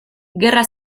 gerra